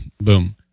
Boom